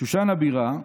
"שושן הבירה,